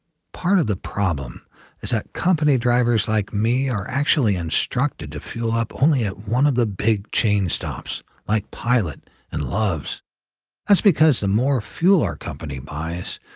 part of the problem is that company drivers like me are actually instructed to fuel up only at one of the big chain stops like pilot and loves that's because the more fuel our company buys,